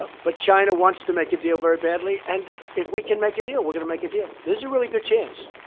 but but china wants to make a deal very badly. and if we can make a deal, we're going to make a deal. there's a really good chance.